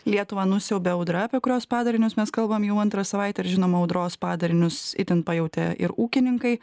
lietuvą nusiaubė audra apie kurios padarinius mes kalbam jau antrą savaitę ir žinoma audros padarinius itin pajautė ir ūkininkai